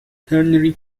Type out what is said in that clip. henry